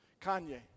Kanye